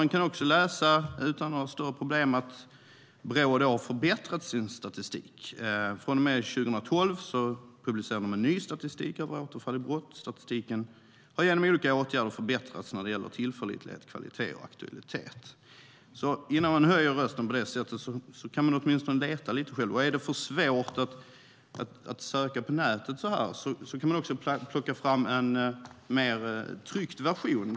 Man kan också utan större problem läsa att Brå har förbättrat sin statistik. Från och med 2012 publicerar man en ny statistik över återfall i brott. Statistiken har genom olika åtgärder förbättrats när det gäller tillförlitlighet, kvalitet och aktualitet. Innan man höjer rösten kan man åtminstone leta lite själv. Tycker man att det är svårt att söka på nätet kan man plocka fram en tryckt version.